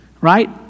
Right